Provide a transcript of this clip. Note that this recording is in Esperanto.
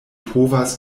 povas